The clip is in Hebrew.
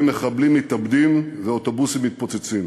מחבלים מתאבדים ואוטובוסים מתפוצצים.